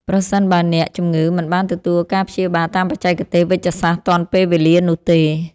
ប្រសិនបើអ្នកជំងឺមិនបានទទួលការព្យាបាលតាមបច្ចេកទេសវេជ្ជសាស្ត្រទាន់ពេលវេលានោះទេ។